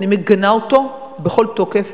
שאני מגנה אותו בכל תוקף,